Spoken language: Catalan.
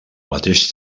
mateix